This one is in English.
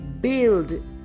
build